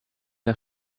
der